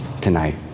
tonight